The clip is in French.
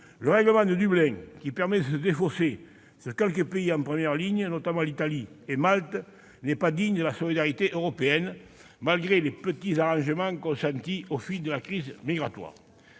Le règlement de Dublin qui permet de se défausser sur quelques pays en première ligne, notamment l'Italie et Malte, n'est pas digne de la solidarité européenne, malgré les petits arrangements consentis au fil de la crise migratoire.